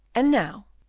and now,